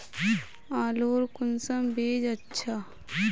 आलूर कुंसम बीज अच्छा?